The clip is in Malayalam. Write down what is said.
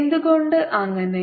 എന്തുകൊണ്ട് അങ്ങനെ